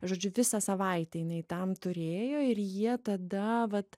žodžiu visą savaitę jinai tam turėjo ir jie tada vat